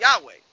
Yahweh